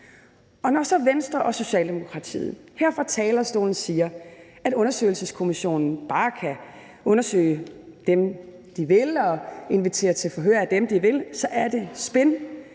så her fra talerstolen siger, at undersøgelseskommissionen bare kan undersøge dem, de vil, og invitere til forhør af dem, de vil, så er det spin;